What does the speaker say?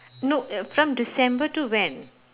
no uh from december to when